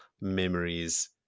memories